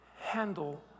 handle